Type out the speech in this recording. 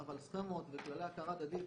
אבל סכמות וכללי הכרה הדדית